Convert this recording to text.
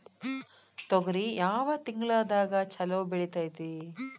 ತೊಗರಿ ಯಾವ ತಿಂಗಳದಾಗ ಛಲೋ ಬೆಳಿತೈತಿ?